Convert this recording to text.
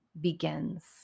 begins